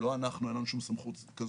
לא אנחנו, אין לנו שום סמכות כזאת.